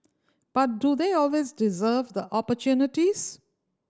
but do they always deserve the opportunities